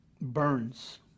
burns